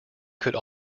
could